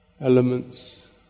Elements